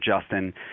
Justin